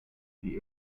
the